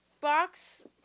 box